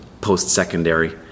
post-secondary